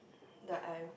that I've